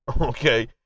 okay